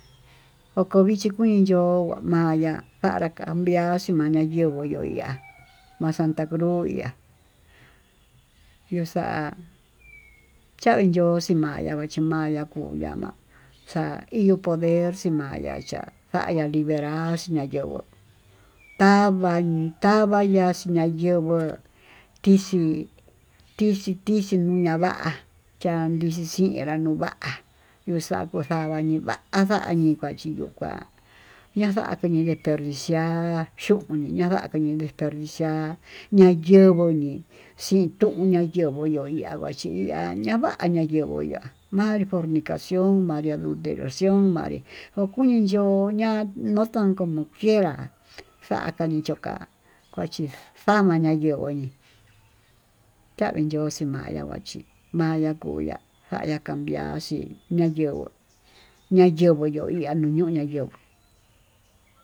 Koko vinchi kuin yo'ó ma'a ya'á xanrá cambia, naxii maya yo'o ya'á ma'a santa cruz ihá yuu xa'a chanyoxii maya'á machimaya kuu yama'a ka iin poder xima'á, mayachá xaya'á nalivenráx nayenguó tava tavañaxí ñayneguó tixhí tixhí niyavá, cha'a nixixinrá nuu va'a nuu xakuu xaya'a ñuu va'a xanii kuachí yo'ó kua naxañi nii yii deperdixi'á yuu ñii ñandakañi superviciá ña'a yenguó ñii xii tuña yenguó yo'ó yavaxhí ihá ñayava yenguá yovoya ma'a formicación ma'a yuu forticacionmanrí hu kunii yo'ó, na'a noxtan como kierá ndakani choka'á kuachi xamaya yengu'ó ya'á chavii yo'o machá kuachí xamii yoya kuaya chuya'á ñaya'a cambiaxhí, yenguó ña nyeguó yo'o ña'a yenguó.